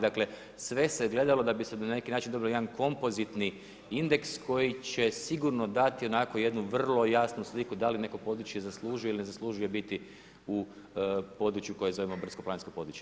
Dakle sve se gledalo da bi se na neki način dobio jedna kompozitni indeks koji će sigurno onako dati jednu vrlo jasnu sliku da li neko područje zaslužuje ili ne zaslužuje biti u području koje zovemo brdsko-planinska područja.